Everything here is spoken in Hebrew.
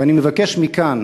ואני מבקש מכאן